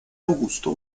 augusto